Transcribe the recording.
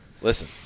listen